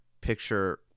picture